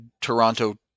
Toronto